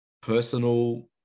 personal